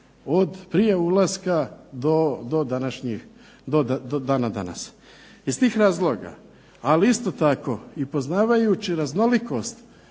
od prije ulaska do dana danas. Iz tih razloga, ali isto tako i poznavajući raznolikost